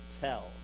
tell